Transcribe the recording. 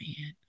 man